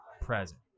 present